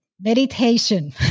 meditation